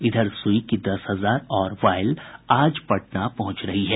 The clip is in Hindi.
इधर सूई की दस हजार और वायल आज पटना पहुंच रही है